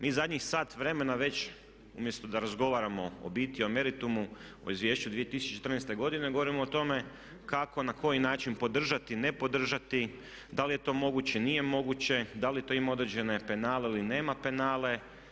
Mi zadnjih sat vremena već umjesto da razgovaramo o biti, o meritumu o Izvješću 2014. godine govorimo o tome kako na koji način podržati, ne podržati, da li je to moguće, nije moguće, da li to ima određene penale ili nema penale.